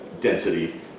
density